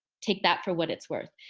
take that for what it's worth.